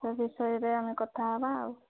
ସେ ବିଷୟରେ ଆମେ କଥାହେବା ଆଉ